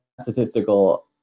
statistical